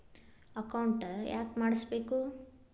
Account ಯಾಕ್ ಮಾಡಿಸಬೇಕು?